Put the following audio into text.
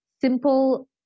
simple